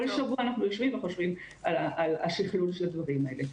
כל שבוע אנחנו יושבים וחושבים על השכלול של הדברים האלה.